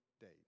date